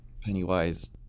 Pennywise